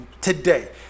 Today